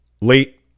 late